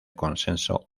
consenso